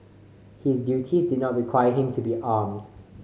his duties did not require him to be armed